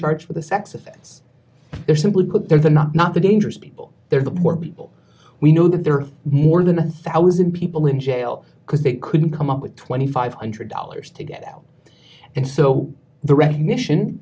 charged with a sex offense they're simply could there are not not the dangerous people they're the poor people we know that there are more than a thousand people in jail because they couldn't come up with twenty five hundred dollars to get out and so the recognition